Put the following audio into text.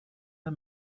der